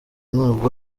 ntabwo